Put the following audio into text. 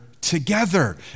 together